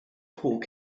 hawke